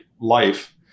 life